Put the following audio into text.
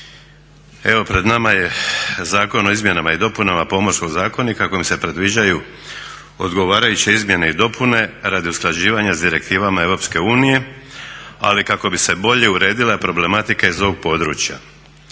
Evo pred nama je Zakon o izmjenama i dopunama Pomorskog zakonika kojim se predviđaju odgovarajuće izmjene i dopune radi usklađivanja s direktivama EU, ali kako bi se bolje uredila problematika iz ovog područja.